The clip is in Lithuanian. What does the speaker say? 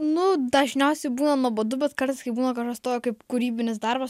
nu dažniausiai būna nuobodu bet kartais kai būna kažkas tokio kaip kūrybinis darbas